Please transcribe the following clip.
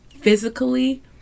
physically